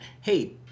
hey